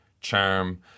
charm